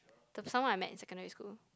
the someone I met in secondary school